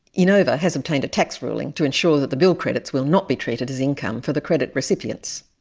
enova has obtained a tax ruling to ensure that the bill credits will not be treated as income for the credit recipients.